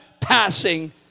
passing